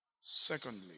Secondly